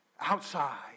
outside